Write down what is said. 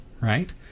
right